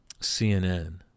CNN